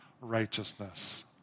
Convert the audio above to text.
righteousness